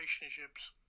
relationships